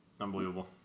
Unbelievable